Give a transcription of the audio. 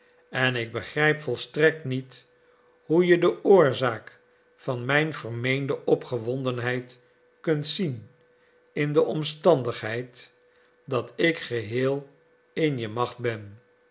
en ik begrijp volstrekt niet hoe je de oorzaak van mijn vermeende opgewondenheid kunt zien in de omstandigheid dat ik geheel in je macht ben